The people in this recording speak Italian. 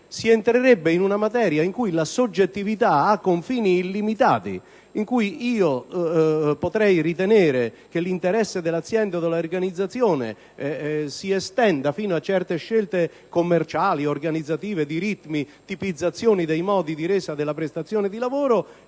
si entrerebbe in una materia in cui la soggettività ha confini illimitati; infatti, io potrei ritenere che l'interesse dell'azienda o dell'organizzazione si estenda fino a certe scelte commerciali, organizzative di ritmi e tipizzazioni dei modi di resa della prestazione di lavoro,